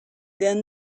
then